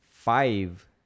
five